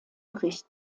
bericht